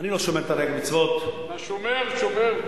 אני לא שומר תרי"ג מצוות, אתה שומר, שומר.